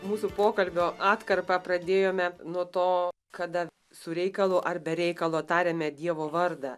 mūsų pokalbio atkarpą pradėjome nuo to kada su reikalu ar be reikalo tariame dievo vardą